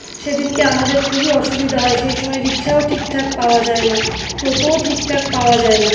সেদিনকে আমাদের খুবই অসুবিধা হয় সেই সময় রিক্সাও ঠিকঠাক পাওয়া যায় না টোটোও ঠিকঠাক পাওয়া যায় না